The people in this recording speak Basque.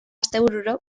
astebururo